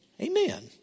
Amen